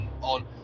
on